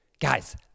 Guys